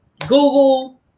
Google